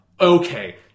okay